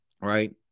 Right